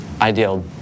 ideal